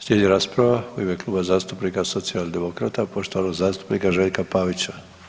Slijedi rasprava u ime Kluba zastupnika Socijaldemokrata, poštovanog zastupnika Željka Pavića.